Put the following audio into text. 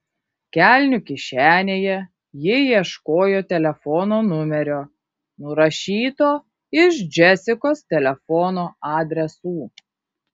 kelnių kišenėje ji ieškojo telefono numerio nurašyto iš džesikos telefono adresų